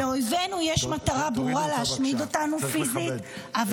-- לאויבינו יש מטרה ברורה להשמיד אותנו פיזית -- תורידו אותה בבקשה.